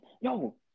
Yo